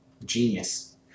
Genius